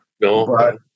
No